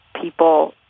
people